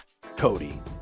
Cody